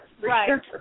Right